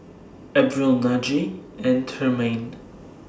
Abril Najee and Tremaine